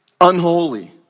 Unholy